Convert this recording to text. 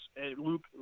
Luke